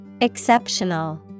exceptional